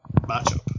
matchup